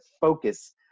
focus